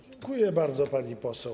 Dziękuję bardzo, pani poseł.